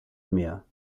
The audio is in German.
mehr